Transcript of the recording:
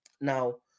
Now